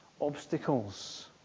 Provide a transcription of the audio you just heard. Obstacles